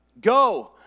Go